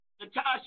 Natasha